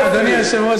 אדוני היושב-ראש,